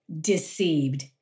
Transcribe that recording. deceived